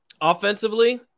Offensively